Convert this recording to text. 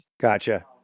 Gotcha